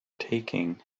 taking